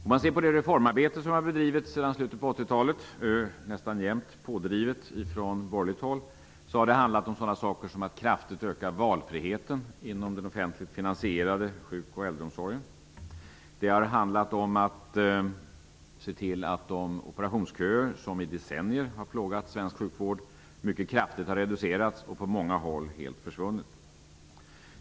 Om man ser på det reformarbete som har bedrivits sedan slutet av 80-talet, nästan jämt pådrivet från borgerligt håll, har det handlat om sådana saker som att kraftigt öka valfriheten inom den offentligt finansierade sjuk och äldreomsorgen. Det har handlat om att se till att de operationsköer som i decennier har plågat svensk sjukvård mycket kraftigt har reducerats och på många håll helt försvunnit.